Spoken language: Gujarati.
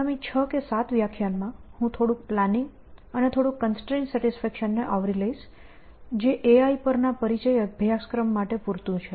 આગામી 6 કે 7 વ્યાખ્યાન માં હું થોડુંક પ્લાનિંગ અને થોડુંક કન્સ્ટ્રેન્ટ સેટિસ્ફેકશન ને આવરી લઈશ જે AI પરના પરિચય અભ્યાસક્રમ માટે પૂરતું છે